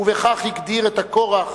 ובכך הגדיר את הכורח